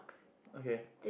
okay